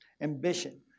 ambition